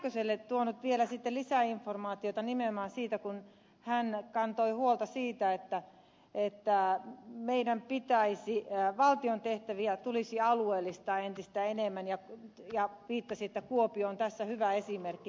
kähköselle tuonut vielä lisäinformaatiota nimenomaan siitä kun hän kantoi huolta siitä että ei tää on meidän pitäisi enää valtion tehtäviä tulisi alueellistaa entistä enemmän ja viittasi että kuopio on tässä hyvä esimerkki